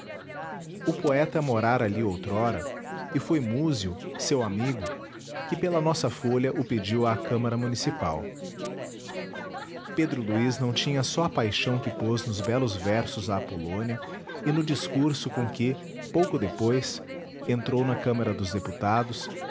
poeta morara ali outrora e foi múzio seu amigo que pela nossa folha o pediu à câmara municipal pedro luís não tinha só a paixão que pôs nos belos versos à polônia e no discurso com que pouco depois entrou na câmara dos deputados